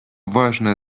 важной